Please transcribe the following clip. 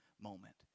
moment